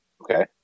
Okay